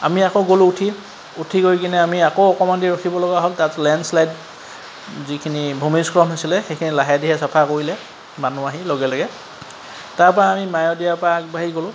আমি আকৌ গলোঁ উঠি উঠি গৈ কিনে আমি আকৌ অকমান দেৰি ৰখিব লগা হ'ল তাত লেণ্ডশ্লাইট যিখিনি ভূমিস্খলন হৈছিলে সেইখিনি লাহে ধিৰে চফা কৰিলে মানুহ আহি লগে লগে তাৰপৰা আমি মায়'দিয়াৰপৰা আগবাঢ়ি গলোঁ